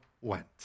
went